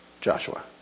Joshua